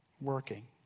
Working